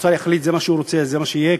האוצר יחליט שזה מה שהוא רוצה אז זה מה שיהיה,